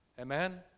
Amen